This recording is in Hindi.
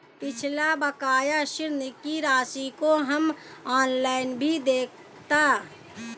पिछला बकाया ऋण की राशि को हम ऑनलाइन भी देखता